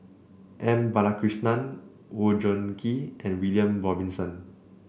M Balakrishnan Oon Jin Gee and William Robinson